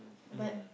but